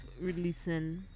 releasing